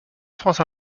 france